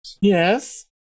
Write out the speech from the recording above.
yes